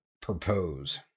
propose